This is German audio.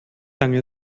lange